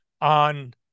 on